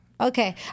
Okay